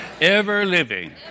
ever-living